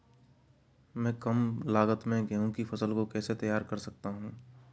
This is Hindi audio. मैं कम लागत में गेहूँ की फसल को कैसे तैयार कर सकता हूँ?